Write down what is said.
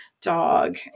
dog